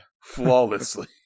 Flawlessly